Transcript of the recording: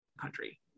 country